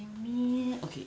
me okay